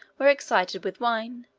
were excited with wine,